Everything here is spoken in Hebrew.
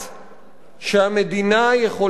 שהמדינה יכולה לעשות